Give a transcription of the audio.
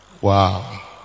Wow